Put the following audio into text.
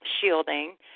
shielding